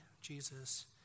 Jesus